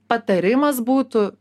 patarimas būtų